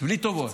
בלי טובות,